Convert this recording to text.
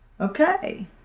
Okay